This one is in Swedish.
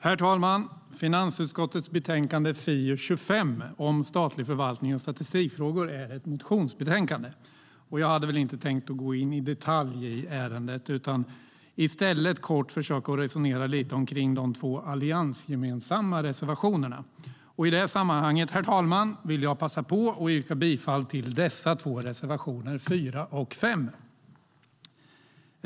Herr talman! Finansutskottets betänkande FiU25 om statlig förvaltning och statistikfrågor är ett motionsbetänkande. Jag ska inte gå in i detalj i ärendet utan försöka resonera lite kort om de två alliansgemensamma reservationerna. I det sammanhanget, herr talman, passar jag på att yrka bifall till de dessa två reservationer, 4 och 5.